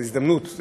זאת הזדמנות,